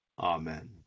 amen